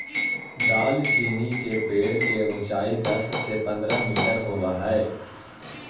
दालचीनी के पेड़ के ऊंचाई दस से पंद्रह मीटर होब हई